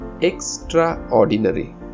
extraordinary